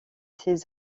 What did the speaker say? ses